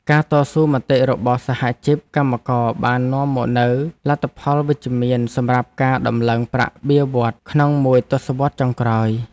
ការតស៊ូមតិរបស់សហជីពកម្មករបាននាំមកនូវលទ្ធផលវិជ្ជមានសម្រាប់ការដំឡើងប្រាក់បៀវត្សរ៍ក្នុងមួយទសវត្សរ៍ចុងក្រោយ។